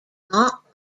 not